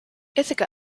ithaca